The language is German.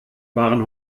waren